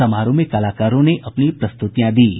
समारोह में कलाकारों ने अपनी प्रस्तुतियां दीं